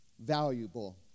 valuable